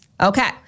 Okay